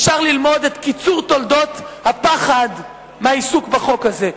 אפשר ללמוד את קיצור תולדות הפחד מהעיסוק בחוק הזה.